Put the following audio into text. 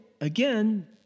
again